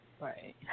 Right